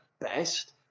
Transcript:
best